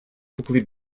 quickly